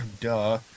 duh